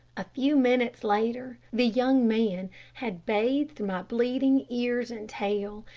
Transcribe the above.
a few minutes later, the young man had bathed my bleeding ears and tail,